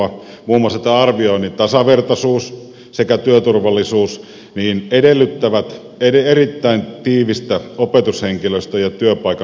muun muassa arvioinnin tasavertaisuus sekä työturvallisuus edellyttävät erittäin tiivistä opetushenkilöstön ja työpaikan yhteistyötä